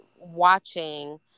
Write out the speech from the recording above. watching